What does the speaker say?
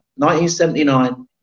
1979